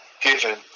given